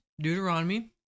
Deuteronomy